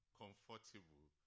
comfortable